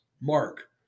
Mark